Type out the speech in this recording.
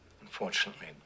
Unfortunately